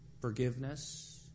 Forgiveness